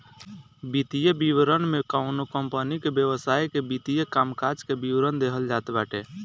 वित्तीय विवरण में कवनो कंपनी के व्यवसाय के वित्तीय कामकाज के विवरण देहल जात बाटे